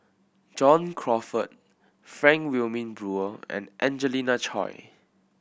John Crawfurd Frank Wilmin Brewer and Angelina Choy